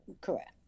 Correct